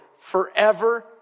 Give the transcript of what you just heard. forever